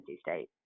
State